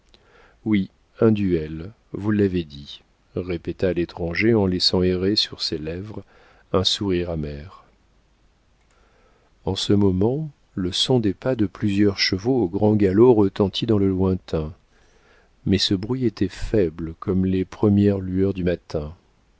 oui un duel vous l'avez dit répéta l'étranger en laissant errer sur ses lèvres un sourire amer en ce moment le son des pas de plusieurs chevaux au grand galop retentit dans le lointain mais ce bruit était faible comme les premières lueurs du matin